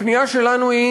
הפנייה שלנו היא